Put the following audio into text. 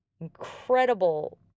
incredible